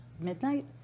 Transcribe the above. midnight